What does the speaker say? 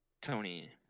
Tony